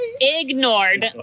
Ignored